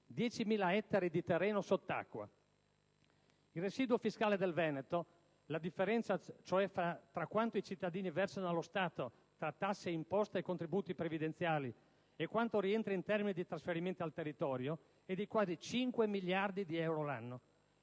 10.000 ettari di terreno sott'acqua. Il residuo fiscale del Veneto (la differenza cioè tra quanto i cittadini versano allo Stato tra tasse, imposte e contributi previdenziali e quanto rientra in termini di trasferimenti al territorio) è di quasi 5 miliardi di euro l'anno: